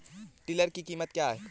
Tiller की कीमत क्या है?